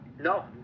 No